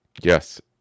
Yes